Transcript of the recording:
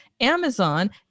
Amazon